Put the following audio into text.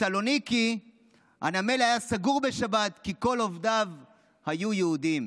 בסלוניקי הנמל היה סגור בשבת כי כל עובדיו היו יהודים".